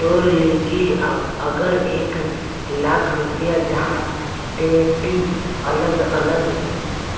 तोर लिकी अगर एक लाख रुपया जाहा ते ती अलग अलग